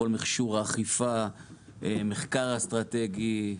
מכשור האכיפה ומחקר אסטרטגי.